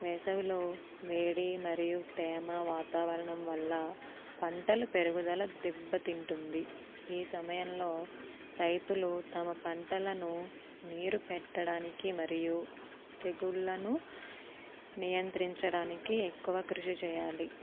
వేసవిలో వేడి మరియు తేమ వాతావరణం వల్ల పంటలు పెరుగుదల దెబ్బతింటుంది ఈ సమయంలో రైతులు తమ పంటలను నీరు పెట్టడానికి మరియు తెగుళ్ళను నియంత్రించడానికి ఎక్కువ కృషి చేయాలి